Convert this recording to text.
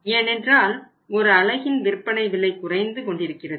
ஏனென்றால் ஒரு அலகின் விற்பனை விலை குறைந்து கொண்டிருக்கிறது